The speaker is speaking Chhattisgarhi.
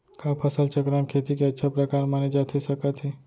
का फसल चक्रण, खेती के अच्छा प्रकार माने जाथे सकत हे?